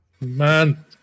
Man